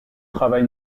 travail